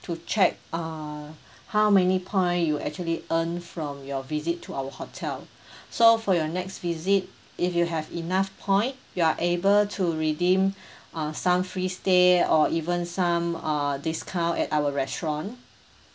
to check err how many point you actually earn from your visit to our hotel so for your next visit if you have enough point you are able to redeem uh some free stay or even some err discount at our restaurant